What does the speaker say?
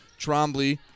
Trombley